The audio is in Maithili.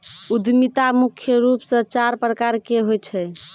उद्यमिता मुख्य रूप से चार प्रकार के होय छै